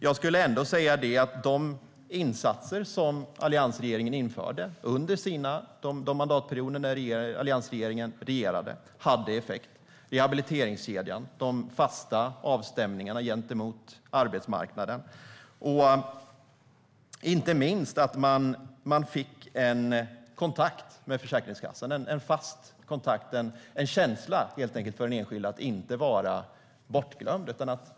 Jag skulle ändå vilja säga att de insatser som alliansregeringen gjorde under sina mandatperioder hade effekt - rehabiliteringskedjan och de fasta avstämningarna gentemot arbetsmarknaden. Inte minst fick dessa människor en fast kontakt med Försäkringskassan. Den enskilda fick helt enkelt en känsla av att inte vara bortglömd.